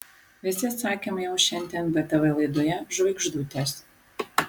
visi atsakymai jau šiandien btv laidoje žvaigždutės